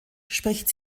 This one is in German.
spricht